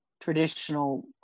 traditional